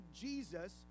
Jesus